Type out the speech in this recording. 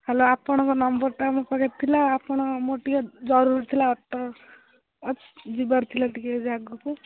hello ଆପଣଙ୍କ ନମ୍ବରଟା ମୋ ପାଖରେ ଥିଲା ଆପଣ ମୋର ଟିକିଏ ଜରୁରୀ ଥିଲା ଅଟୋ ଯିବାର ଥିଲା ଟିକିଏ ଜାଗାକୁ